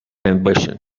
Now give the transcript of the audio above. ambition